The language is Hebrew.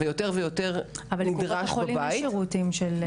יותר ויותר אוכלוסייה נשארת בבית.